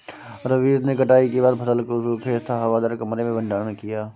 रवीश ने कटाई के बाद फसल को सूखे तथा हवादार कमरे में भंडारण किया